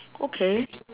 okay